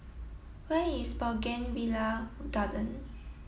where is Bougainvillea Garden